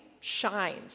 shines